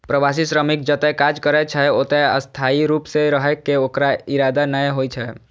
प्रवासी श्रमिक जतय काज करै छै, ओतय स्थायी रूप सं रहै के ओकर इरादा नै होइ छै